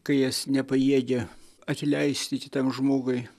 kai jis nepajėgia atleisti kitam žmogui